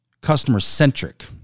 customer-centric